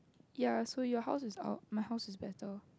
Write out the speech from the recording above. ya so your house is out my house is better